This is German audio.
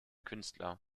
künstler